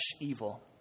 evil